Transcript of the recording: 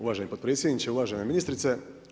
Uvaženi potpredsjedniče, uvažena ministrice.